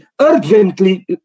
urgently